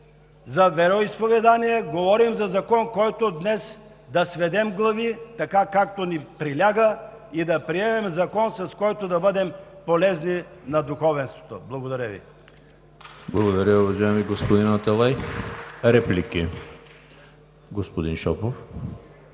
за вероизповедания, говорим за закон, за който да сведем глави, така както ни приляга, и да приемем закон, с който да бъдем полезни на духовенството. Благодаря Ви.